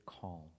calm